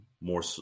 more